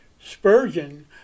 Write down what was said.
Spurgeon